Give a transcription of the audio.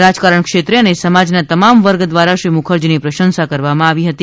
રાજકારણ ક્ષેત્રે અને સમાજના તમામ વર્ગ દ્વારા શ્રી મુકરજીની પ્રશંસા કરવામાં આવી હતી